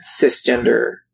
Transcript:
cisgender